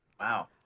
Wow